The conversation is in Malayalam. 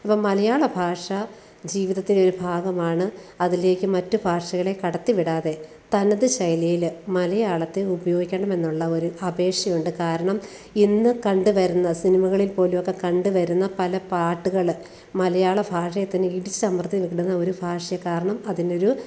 ഇപ്പോള് മലയാള ഭാഷ ജീവിതത്തിന്റെ ഒരു ഭാഗമാണ് അതിലേക്ക് മറ്റ് ഭാഷകളെ കടത്തി വിടാതെ തനത് ശൈലിയില് മലയാളത്തെ ഉപയോഗിക്കണം എന്നുള്ള ഒരു അപേക്ഷയുണ്ട് കാരണം ഇന്ന് കണ്ടുവരുന്ന സിനിമകളിൽ പോലുമൊക്കെ കണ്ടുവരുന്ന പല പാട്ടുകള് മലയാള ഭാഷയെ തന്നെ ഇടിച്ചമർത്തി വേണ്ടുന്ന ഒരു ഭാഷയാണ് കാരണം അതിനൊരു